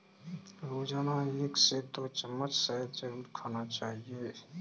रोजाना एक से दो चम्मच शहद जरुर खाना चाहिए